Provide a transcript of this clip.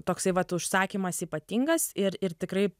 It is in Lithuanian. toksai vat užsakymas ypatingas ir ir tikrai